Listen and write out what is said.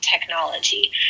technology